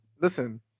Listen